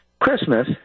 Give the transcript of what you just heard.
christmas